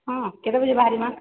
ହଁ କେତେବେଳେ ବାହାରିମା